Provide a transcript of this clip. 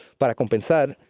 but compensar,